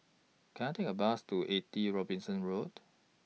Can I Take A Bus to eighty Robinson Road